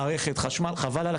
מערכת חשמל, חבל.